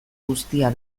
guztia